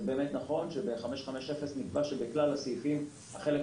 זה באמת נכון שב-550 נקבע שבכלל הסעיפים החלק